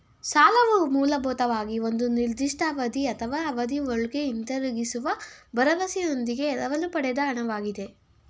ಸಾಲವು ಮೂಲಭೂತವಾಗಿ ಒಂದು ನಿರ್ದಿಷ್ಟ ಅವಧಿ ಅಥವಾ ಅವಧಿಒಳ್ಗೆ ಹಿಂದಿರುಗಿಸುವ ಭರವಸೆಯೊಂದಿಗೆ ಎರವಲು ಪಡೆದ ಹಣ ವಾಗಿದೆ